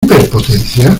hiperpotencia